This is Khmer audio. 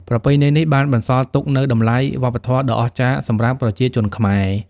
ប្រពៃណីនេះបានបន្សល់ទុកនូវតម្លៃវប្បធម៌ដ៏អស្ចារ្យសម្រាប់ប្រជាជនខ្មែរ។